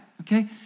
Okay